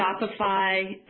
Shopify